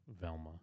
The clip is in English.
Velma